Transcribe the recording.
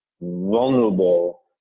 vulnerable